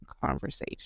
conversation